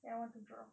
ya I want to draw